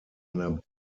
einer